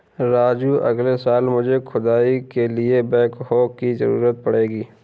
राजू अगले साल मुझे खुदाई के लिए बैकहो की जरूरत पड़ेगी